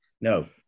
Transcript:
no